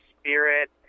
spirit